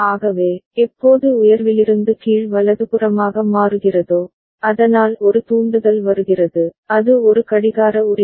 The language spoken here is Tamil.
ஆகவே எப்போது உயர்விலிருந்து கீழ் வலதுபுறமாக மாறுகிறதோ அதனால் ஒரு தூண்டுதல் வருகிறது அது ஒரு கடிகார உரிமை